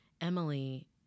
Emily